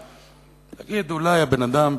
להגיד: אולי הבן-אדם,